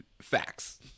facts